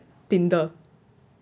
Tinder